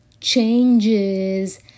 changes